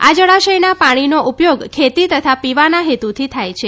આ જળાશયના પાણીનો ઉપયોગ ખેતી તથા પીવાના હેતુથી થાય છે